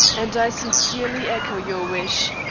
and i sincerely echo your wish,